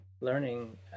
learning